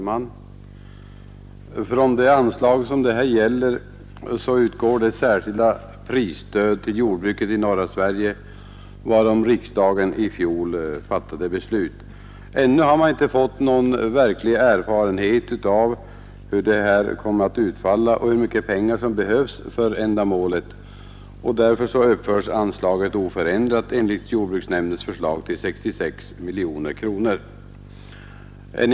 Herr talman! Från detta anslag utgår det särskilda prisstöd till jordbruket i norra Sverige varom riksdagen i fjol fattade beslut. Ännu har man inte fått någon verklig erfarenhet om hur detta kommer att utfalla och hur mycket pengar som behövs för ändamålet. Därför uppföres anslaget oförändrat enligt jordbruksnämndens förslag till 66 miljoner kronor.